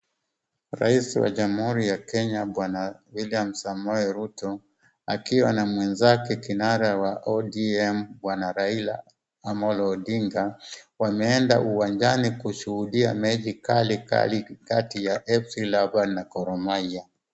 Rais wa jamhuri ya Kenya bwana Wiliam Samoei Ruto akiwa na mwenzake kinara wa ODM bwana Raila Amollo Odinga wameenda uwanjani kushuhudia mechi kali kali kati ya Fc Leopards na Goh Mahia.